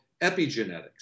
epigenetics